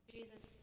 Jesus